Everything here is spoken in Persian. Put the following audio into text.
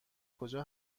کجا